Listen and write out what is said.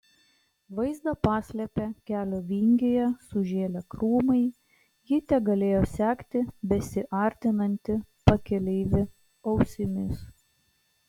vaizdą paslėpė kelio vingyje sužėlę krūmai ji tegalėjo sekti besiartinantį pakeleivį ausimis